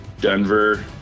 Denver